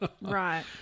Right